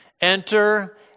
Enter